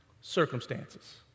circumstances